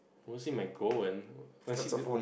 was he might go when was he the